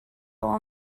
all